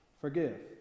forgive